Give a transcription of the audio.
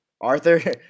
Arthur